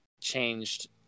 changed